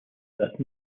that